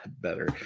better